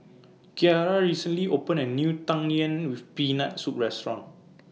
Ciarra recently opened A New Tang Yuen with Peanut Soup Restaurant